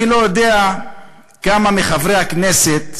אני לא יודע כמה מחברי הכנסת